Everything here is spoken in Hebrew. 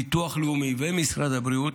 ביטוח לאומי ומשרד הבריאות,